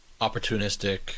opportunistic